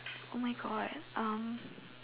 oh my God um